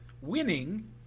winning